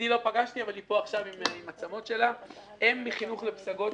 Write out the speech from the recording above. הם מ"חינוך לפסגות",